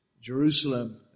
Jerusalem